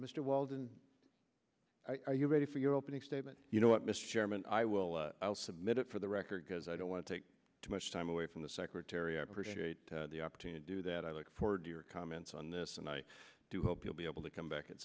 mr weldon are you ready for your opening statement you know what mr chairman i will submit it for the record because i don't want to take too much time away from the secretary i appreciate the opportunity do that i look forward to your comments on this and i hope you'll be able to come back at